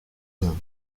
hommes